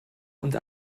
und